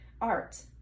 art